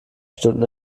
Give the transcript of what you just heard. stunden